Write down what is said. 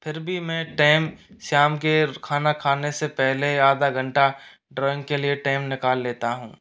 फिर भी मैं टैम शाम के खाना खाने से पहले आधा घंटा ड्राइंग के लिए टैम निकाल लेता हूँ